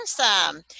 Awesome